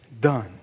done